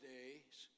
Days